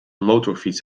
motorfiets